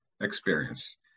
experience